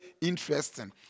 interesting